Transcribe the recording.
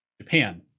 Japan